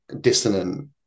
dissonant